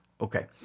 Okay